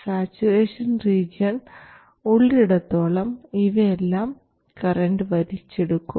saturation region ഉള്ളിടത്തോളം ഇവയെല്ലാം current വലിച്ചെടുക്കും